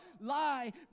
lie